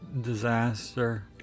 disaster